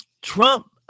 Trump